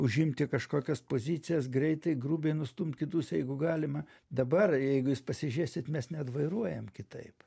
užimti kažkokias pozicijas greitai grubiai nustumt kitus jeigu galima dabar jeigu jūs pasižiūrėsit mes net vairuojam kitaip